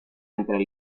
entre